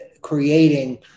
creating